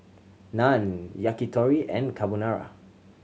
Naan Yakitori and Carbonara